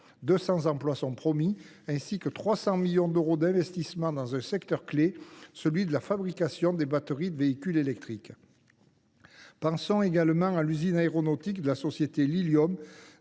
200 emplois sont promis, ainsi que 300 millions d’euros d’investissement dans un secteur clé, celui de la fabrication des batteries de véhicules électriques. Pensons encore à l’usine aéronautique de la société Lilium,